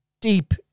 deep